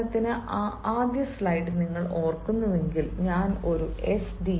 ഉദാഹരണത്തിന് ആദ്യ സ്ലൈഡ് നിങ്ങൾ ഓർക്കുന്നുവെങ്കിൽ ഞാൻ ഒരു S